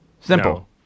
Simple